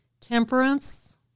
Temperance